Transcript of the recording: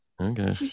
Okay